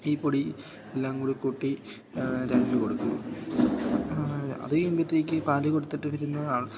ഈ പൊടി എല്ലാം കൂടിക്കൂട്ടി കൊടുക്കും അതു കഴിയുമ്പത്തേക്കു പാല് കൊടുത്തിട്ടു വരുന്ന ആൾ